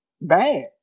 bad